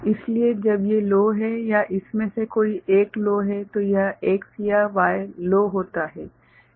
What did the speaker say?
इसलिए जब ये लो है या इनमें से कोई एक लो है तो यह X या Y लो होता है